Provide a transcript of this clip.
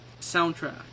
soundtrack